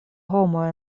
homoj